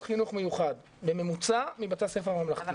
חינוך מיוחד בממוצע מבתי הספר הממלכתיים.